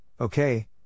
okay